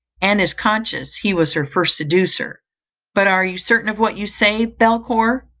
and is conscious he was her first seducer but are you certain of what you say, belcour?